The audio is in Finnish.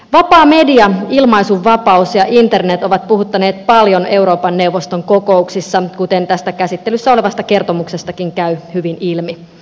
vapaa media ilmaisun vapaus ja internet ovat puhuttaneet paljon euroopan neuvoston kokouksissa kuten tästä käsittelyssä olevasta kertomuksestakin käy hyvin ilmi